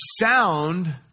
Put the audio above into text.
sound